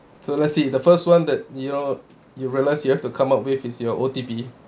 so let's see the first one that you know you realise you have to come up with is your O_T_B